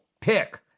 pick